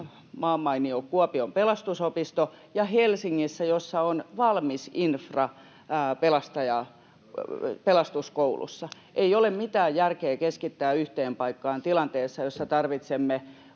maanmainio Kuopion Pelastusopisto, ja Helsingissä, jossa on valmis infra Pelastuskoulussa. Ei ole mitään järkeä keskittää yhteen paikkaan tilanteessa, jossa tarvitsee